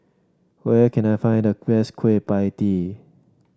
where can I find the best Kueh Pie Tee